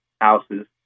Houses